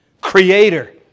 Creator